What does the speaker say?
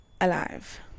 alive